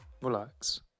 relax